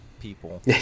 people